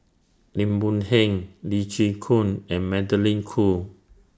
Lim Boon Heng Lee Chin Koon and Magdalene Khoo